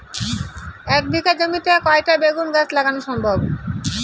এক বিঘা জমিতে কয়টা বেগুন গাছ লাগানো সম্ভব?